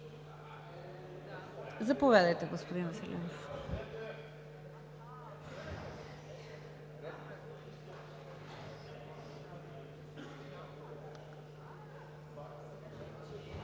Заповядайте, господин Веселинов.